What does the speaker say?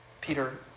Peter